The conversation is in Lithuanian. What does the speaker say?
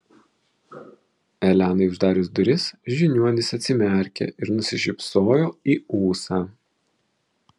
elenai uždarius duris žiniuonis atsimerkė ir nusišypsojo į ūsą